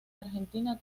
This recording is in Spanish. argentina